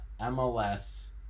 mls